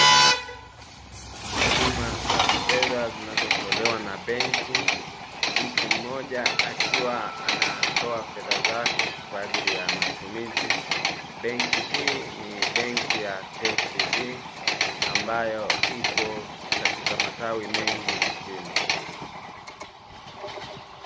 Huduma za kifedha zinazotolewa na benki, mtu mmoja akiwa anatoa fedha zake kwa ajili ya matumizi. Benki hii ni benki ya KCB ambayo ipo katika matawi mengi nchini.